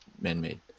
man-made